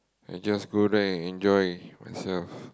I just go there and enjoy myself